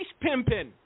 pimping